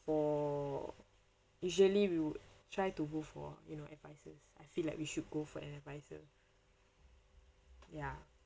for usually we would try to move for you know advices I feel like we should go for an advisor ya